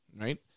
Right